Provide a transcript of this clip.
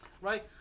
right